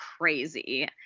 crazy